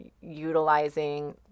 utilizing